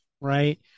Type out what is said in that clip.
right